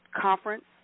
conference